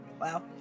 Wow